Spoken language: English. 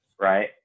right